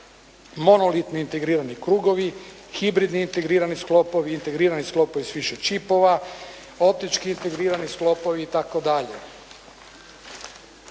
Malolitni integrirani krugovi, hibridni integrirani sklopovi, integrirani sklopovi s više čipova, optički integrirani sklopovi itd.